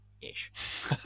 ish